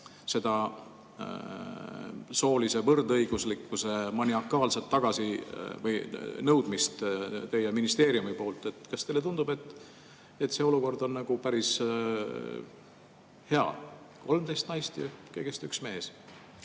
seda soolise võrdõiguslikkuse maniakaalset taganõudmist teie ministeeriumi poolt, kas teile tundub, et see olukord on päris hea, 13 naist ja kõigest üks mees?